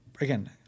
again